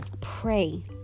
pray